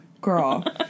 Girl